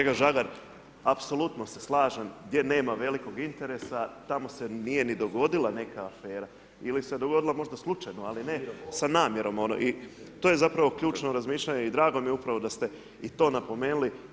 Kolega Žagar, apsolutno se slažem, gdje nema velikog interesa, tamo se nije ni dogodila neka afera ili se dogodila možda slučajno ali ne sa namjerom i to je zapravo ključno razmišljanje i drago mi je upravo da ste i to napomenuli.